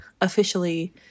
officially